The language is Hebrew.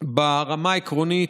ברמה העקרונית,